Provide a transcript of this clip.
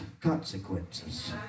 consequences